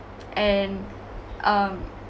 and um